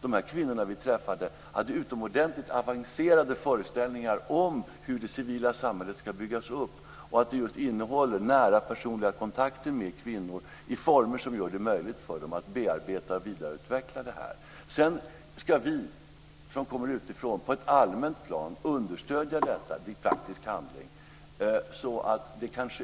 De kvinnor vi träffade hade utomordentligt avancerade föreställningar om hur det civila samhället ska byggas upp och att det just innehåller nära personliga kontakter med kvinnor på ett sätt som gör det möjligt för dem att bearbeta och vidareutveckla detta. Vi som kommer utifrån ska på ett allmänt plan stödja detta med praktisk handling